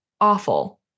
awful